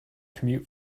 commute